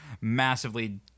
massively